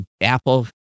Apple